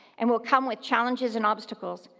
and will come with challenges and obstacles,